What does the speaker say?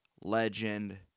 legend